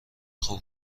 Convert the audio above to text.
خوب